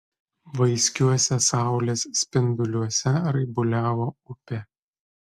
vaiskiuose saulės spinduliuose raibuliavo upė